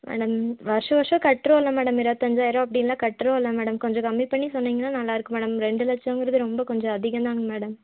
madam வருஷா வருஷம் கட்டுறோம்ல மேடம் இருபத்தஞ்சாயிரருவா அப்படின்லாம் கட்டுறோம் இல்லை மேடம் கொஞ்சம் கம்மி பண்ணி சொன்னீங்கன்னால் நல்லாயிருக்கும் மேடம் ரெண்டு லட்சங்கிறது ரொம்ப கொஞ்சம் அதிகம்தாங்க மேடம்